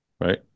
right